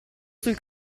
sul